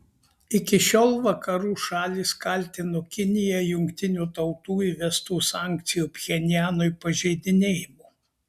iki šiol vakarų šalys kaltino kiniją jungtinių tautų įvestų sankcijų pchenjanui pažeidinėjimu